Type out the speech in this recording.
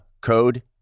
code